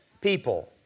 people